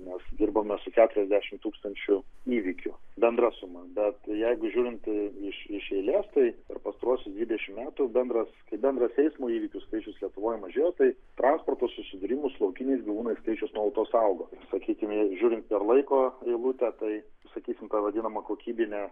mes dirbome su keturiasdešimt tūkstančių įvykių bendra suma bet jeigu žiūrint iš iš eilės tai per pastaruosius dvidešimt metų bendras bendras eismo įvykių skaičius lietuvoj mažėjo tai transporto susidūrimų su laukiniais gyvūnais skaičius nuolatos augo sakykime žiūrint per laiko eilutę tai sakysim ta vadinama kokybine